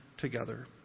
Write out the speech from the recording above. together